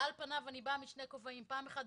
שעל פניו אני באה בשני כובעים פעם אחת,